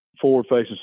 forward-facing